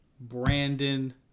Brandon